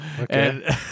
Okay